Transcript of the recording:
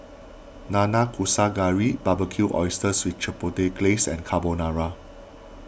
Nanakusa Gayu Barbecued Oysters with Chipotle Glaze and Carbonara